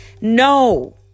No